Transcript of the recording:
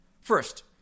First